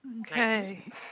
Okay